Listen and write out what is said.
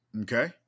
Okay